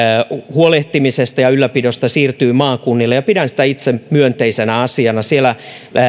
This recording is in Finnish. huolehtimisesta ja ylläpidosta siirtyy maakunnille ja pidän sitä itse myönteisenä asiana siellä